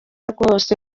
rwose